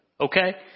okay